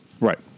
Right